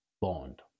Bond